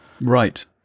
Right